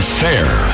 fair